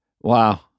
wow